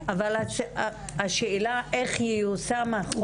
השאלה איך יישום החוק.